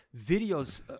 videos